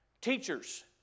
Teachers